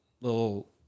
little